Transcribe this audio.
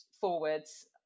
forwards